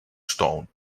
stoned